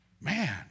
man